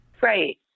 Right